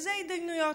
אלה ההתדיינויות.